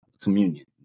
communion